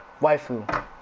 waifu